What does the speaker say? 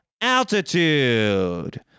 Altitude